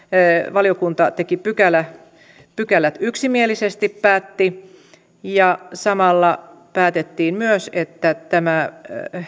valiokunta päätti pykälät yksimielisesti ja samalla päätettiin myös että tämä